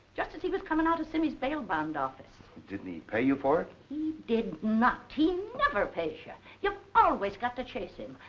just as he was coming out of simmy's bail bond office. didn't he pay you for it? he did not! he never pays you. you've always got to chase him.